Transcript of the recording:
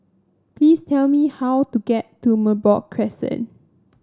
please tell me how to get to Merbok Crescent